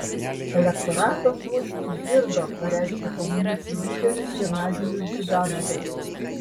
elektoratas mus išgirdo pareiškė komunistų lyderis genadijus ziuganovas